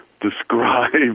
describe